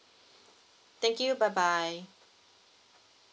thank you bye bye